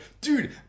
dude